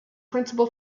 principal